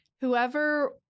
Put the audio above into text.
whoever